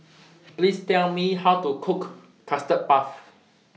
Please Tell Me How to Cook Custard Puff